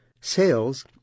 Sales